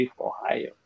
Ohio